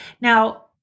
Now